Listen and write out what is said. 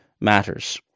matters